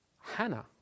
Hannah